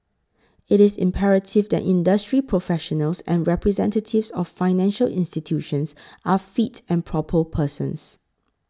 it is imperative that industry professionals and representatives of financial institutions are fit and proper persons